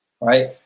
right